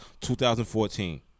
2014